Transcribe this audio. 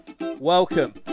Welcome